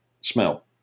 smell